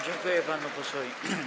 Dziękuję panu posłowi.